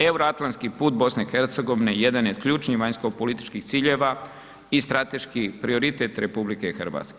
Euroatlantski put BiH jedan je od ključnih vanjskopolitičkih ciljeva i strateški prioritet RH.